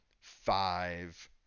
five